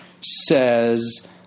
says